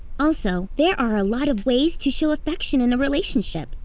also, there are a lot of ways to show affection in a relationship.